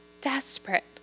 desperate